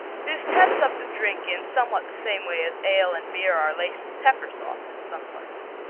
this peps up the drinks in somewhat the same way as ale and beer are laced with pepper sauce in some parts.